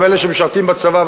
גם אלה שמשרתים בצבא,